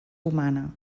humana